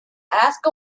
ask